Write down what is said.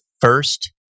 first